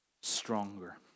stronger